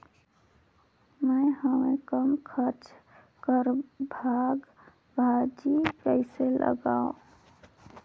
मैं हवे कम खर्च कर साग भाजी कइसे लगाव?